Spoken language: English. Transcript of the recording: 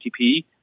ATP